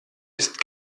ist